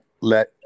let